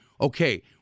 okay